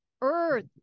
earth